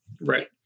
Right